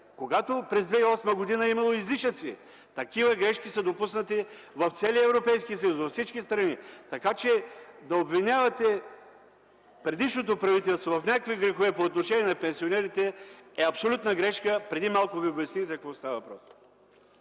когато през 2008 г. е имало излишъци. Такива грешки са допуснати в целия Европейски съюз, във всички страни. Така че да обвинявате предишното правителство в някакви грехове по отношение на пенсионерите е абсолютна грешка. Преди малко ви обясних за какво става въпрос.